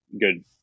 good